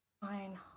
Fine